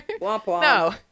No